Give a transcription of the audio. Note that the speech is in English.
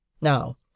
Now